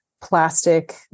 plastic